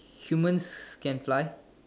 humans can fly